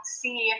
see